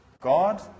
God